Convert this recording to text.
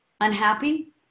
unhappy